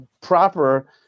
proper